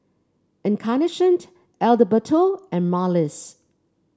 Encarnacion Adalberto and Marlys